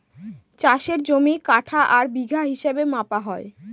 চাষের জমি কাঠা আর বিঘা হিসাবে মাপা হয়